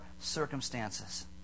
circumstances